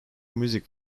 music